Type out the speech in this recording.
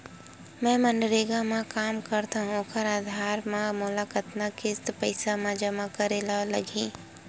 मैं मनरेगा म काम करथव, ओखर आधार म मोला कतना किस्त म पईसा जमा करे बर लगही?